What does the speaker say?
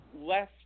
less